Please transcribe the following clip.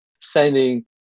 sending